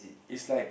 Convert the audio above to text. is like